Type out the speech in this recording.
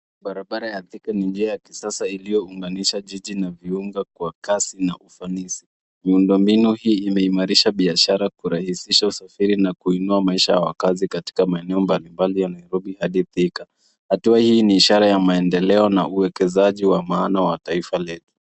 Barabara ya Thika ni njia ya kisasa inayo unganisha jiji na viungana ufanisi. Miundo mbinu hii imerahihisha biashara, kurahihisha usafiri na kuinua maisha ya wakazi katika maeneo mbali mbali ya Nairobi hadi Thika. Hatua hii ni ishara ya maendeleo na uwekezaji wa maana wa taifa letu.